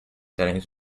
settings